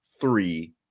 three